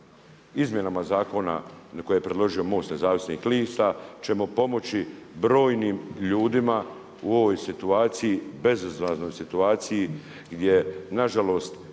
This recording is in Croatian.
izmjenama zakona koje je predložio MOST Nezavisnih lista ćemo pomoći brojnim ljudima u ovoj situaciji, bezizlaznoj situaciji gdje nažalost